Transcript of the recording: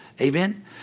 Amen